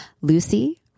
Lucy